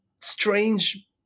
strange